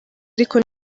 ariko